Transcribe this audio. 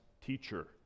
teacher